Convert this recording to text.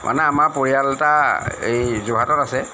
মানে আমাৰ পৰিয়াল এটা এই যোৰহাটত আছে